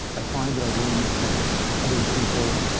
i find that i learn them from other people.